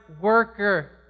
worker